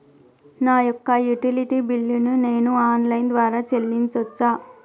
నా యొక్క utility bill ను నేను ఆన్ లైన్ ద్వారా చెల్లించొచ్చా?